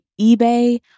eBay